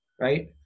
right